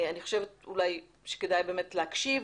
אני חושבת שאולי כדאי באמת להקשיב